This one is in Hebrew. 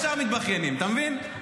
ישר מתבכיינים, אתה מבין?